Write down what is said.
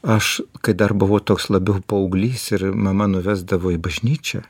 aš kai dar buvau toks labiau paauglys ir mama nuvesdavo į bažnyčią